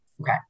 Okay